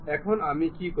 এখন আমি কি করব